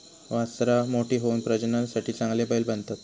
वासरां मोठी होऊन प्रजननासाठी चांगले बैल बनतत